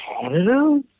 Canada